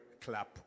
clap